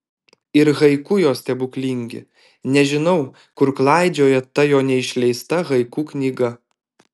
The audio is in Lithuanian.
ir haiku jo stebuklingi nežinau kur klaidžioja ta jo neišleista haiku knyga